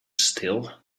still